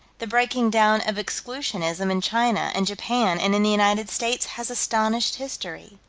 the breaking down of exclusionism in china and japan and in the united states has astonished history.